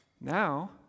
Now